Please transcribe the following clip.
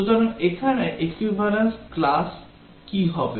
সুতরাং এখানে equivalence class কি হবে